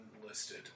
unlisted